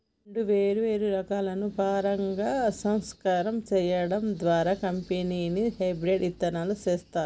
రెండు ఏరు ఏరు రకాలను పరాగ సంపర్కం సేయడం ద్వారా కంపెనీ హెబ్రిడ్ ఇత్తనాలు సేత్తారు